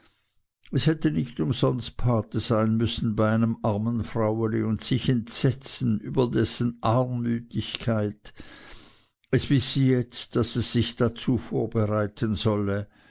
es hätte nicht umsonst gotte sein müssen einem armen fraueli und sich entsetzen über dessen armütigkeit es wisse jetzt daß es sich dazu vorbereiten solle